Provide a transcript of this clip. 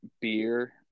beer